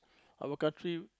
our country